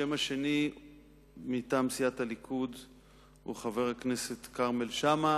השם השני מטעם סיעת הליכוד הוא חבר הכנסת כרמל שאמה,